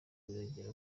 biragera